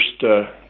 first